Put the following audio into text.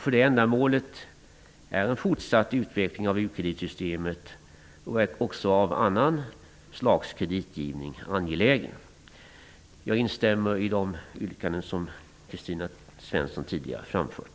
För det ändamålet är en fortsatt utveckling av ukreditsystemet och även av annat slags kreditgivning angelägen. Jag instämmer i de yrkanden som Kristina Svensson tidigare har framfört.